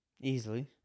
easily